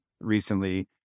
recently